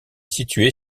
située